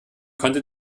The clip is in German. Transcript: konnte